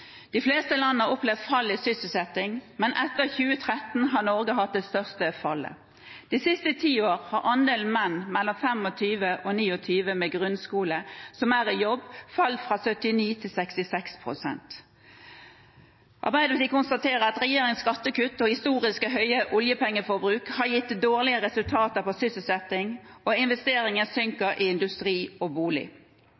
De fleste land har opplevd fall i sysselsettingen, men etter 2013 har Norge hatt det største fallet. De siste ti år har andelen menn mellom 25 og 29 år med grunnskole som er i jobb, falt fra 79 til 66 pst. Arbeiderpartiet konstaterer at regjeringens skattekutt og historisk høye oljepengeforbruk har gitt dårlige resultater for sysselsettingen, og investeringer